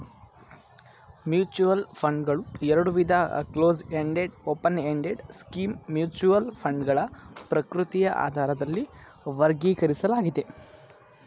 mutual ಫಂಡ್ಗಳು ಎರಡುವಿಧ close ended open ended scheme mutual ಫಂಡ್ಗಳ ಪ್ರಕೃತಿಯ ಆಧಾರದಲ್ಲಿ ವರ್ಗೀಕರಿಸಲಾಗಿದೆ